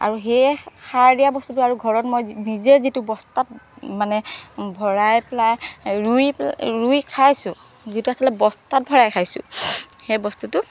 আৰু সেয়ে সাৰ দিয়া বস্তুটো আৰু ঘৰত মই নিজেই যিটো বস্তাত মানে ভৰাই পেলাই ৰুই পেলা ৰুই খাইছোঁ যিটো আচলতে বস্তাত ভৰাই খাইছোঁ সেই বস্তুটো